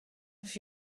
have